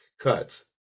cuts